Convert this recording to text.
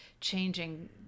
changing